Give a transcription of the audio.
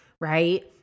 right